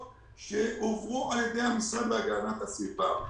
שהועברו על ידי המשרד להגנת הסביבה.